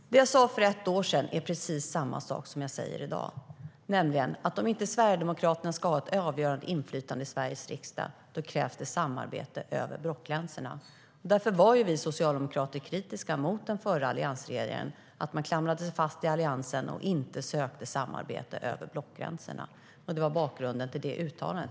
Herr talman! Det jag sa för ett år sedan är precis detsamma som jag säger i dag, nämligen att om inte Sverigedemokraterna ska ha ett avgörande inflytande i Sveriges riksdag så krävs det samarbete över blockgränserna. Därför var vi socialdemokrater kritiska mot alliansregeringen. Man klamrade sig fast i Alliansen och sökte inte samarbete över blockgränserna. Det var bakgrunden till det uttalandet.